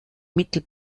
mittel